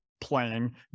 playing